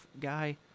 guy